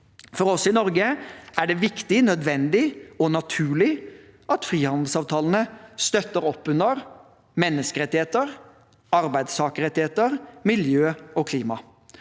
For oss i Norge er det viktig, nødvendig og naturlig at frihandelsavtalene støtter opp under menneskerettigheter, arbeidstakerrettigheter, miljø og klima.